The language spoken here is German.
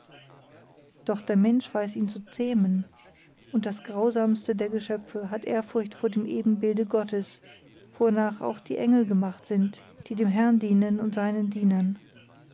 doch der mensch weiß ihn zu zähmen und das grausamste der geschöpfe hat ehrfurcht vor dem ebenbilde gottes wornach auch die engel gemacht sind die dem herrn dienen und seinen dienern